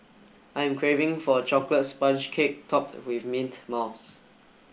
I'm craving for a chocolate sponge cake topped with mint mouse